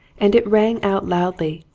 and it rang out loudly,